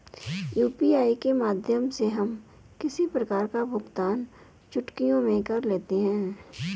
UPI के माध्यम से हम किसी प्रकार का भुगतान चुटकियों में कर लेते हैं